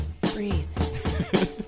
Breathe